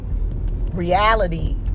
reality